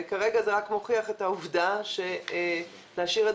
כרגע זה רק מוכיח את העובדה שלהשאיר את